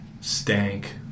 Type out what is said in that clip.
stank